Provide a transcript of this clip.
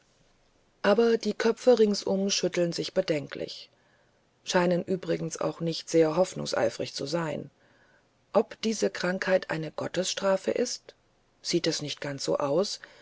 aber die köpfe ringsum schütteln sich bedenklich scheinen übrigens auch nicht sehr hoffnungseifrig zu sein ob diese krankheit eine gottesstrafe ist sieht es nicht ganz so aus